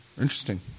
Interesting